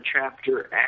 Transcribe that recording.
chapter